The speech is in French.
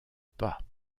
pas